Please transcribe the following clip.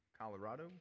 Colorado